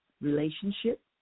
relationship